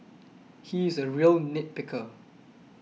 he is a real nit picker